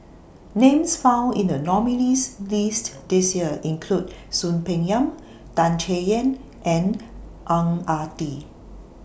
Names found in The nominees' list This Year include Soon Peng Yam Tan Chay Yan and Ang Ah Tee